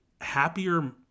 happier